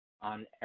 on